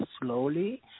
slowly